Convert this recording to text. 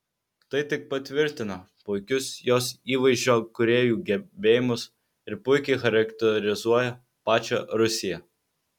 tai tik patvirtina puikius jos įvaizdžio kūrėjų gebėjimus ir puikiai charakterizuoja pačią rusiją